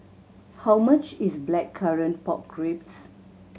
how much is Blackcurrant Pork Ribs